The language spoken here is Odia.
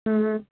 ହଁ